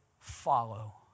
follow